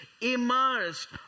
immersed